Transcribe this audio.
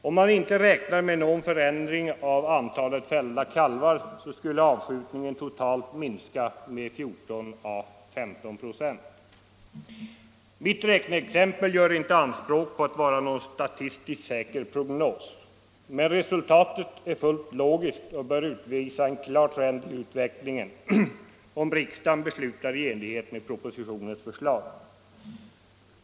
Om man inte räknar med någon förändring av antalet fällda kalvar, skulle avskjutningen totalt minska med 14 å 15 6. Mitt räkneexempel gör inte anspråk på att vara någon statistiskt säker prognos. Men resultatet är fullt logiskt och bör utvisa en klar trend i utvecklingen, om riksdagen beslutar i enlighet med propositionens förslag.